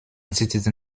citizen